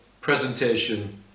presentation